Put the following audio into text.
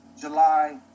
July